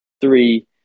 three